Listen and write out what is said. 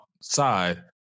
Side